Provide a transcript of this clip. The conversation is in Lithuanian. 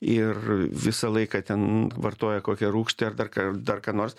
ir visą laiką ten vartoja kokią rūgštį ar dar ką dar ką nors